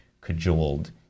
cajoled